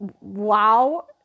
wow